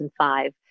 2005